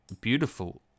beautiful